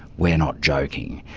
we're not joking.